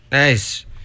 Nice